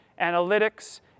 analytics